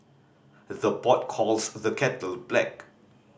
the pot calls the kettle black